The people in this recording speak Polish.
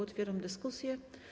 Otwieram dyskusję.